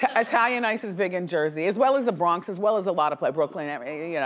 yeah italian ice is big in jersey, as well as the bronx, as well as a lot of, like brooklyn and everything, you know,